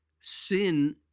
sin